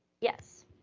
Yes